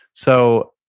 so,